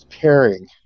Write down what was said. pairing